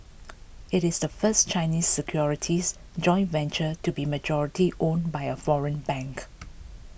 it is the first Chinese securities joint venture to be majority owned by a foreign bank